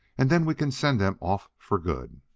and then we can send them off for good.